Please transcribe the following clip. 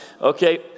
Okay